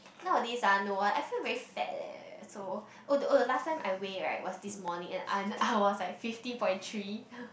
nowadays ah no eh I feel very fat eh so oh the oh the last time I weigh right was this morning and I'm I was like fifty point three